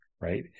Right